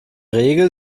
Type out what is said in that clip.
regel